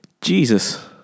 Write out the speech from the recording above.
Jesus